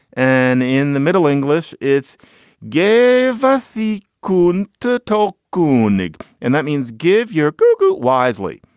and in the middle english, it's gave the coon to toelke goon nigg. and that means give your goo-goo wisely.